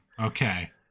okay